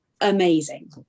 amazing